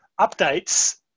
updates